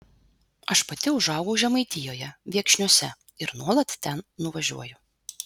aš pati užaugau žemaitijoje viekšniuose ir nuolat ten nuvažiuoju